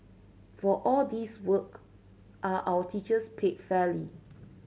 for all this work are our teachers paid fairly